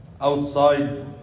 outside